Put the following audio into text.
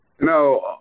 No